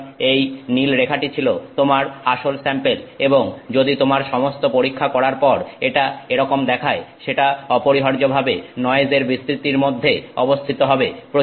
সুতরাং এই নীল রেখাটি ছিল তোমার আসল স্যাম্পেল এবং যদি তোমার সমস্ত পরীক্ষা করার পর এটা এরকম দেখায় সেটা অপরিহার্যভাবে নয়েস এর বিস্তৃতির মধ্যে অবস্থিত হবে